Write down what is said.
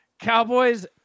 Cowboys